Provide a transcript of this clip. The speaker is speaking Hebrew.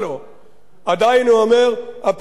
עדיין הוא אומר: הפערים היו רחבים.